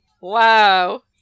Wow